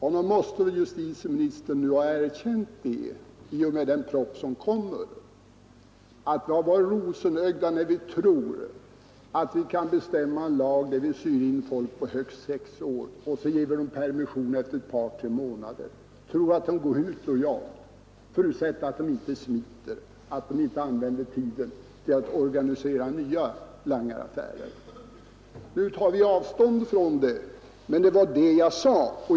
Och nog måste väl justitieministern nu, i och med den proposition som kommer, ha erkänt att vi har varit blåögda när vi trott att vi kan ha en lag, som låter oss sy in langare på högst sex år och sedan ge dem permission efter ett par tre månader, och förutsätta att de är lojala, att de inte smiter, att de inte använder tiden till att organisera nya langaraffärer. Nu tar vi avstånd från det, men det var detta jag sade.